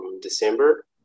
December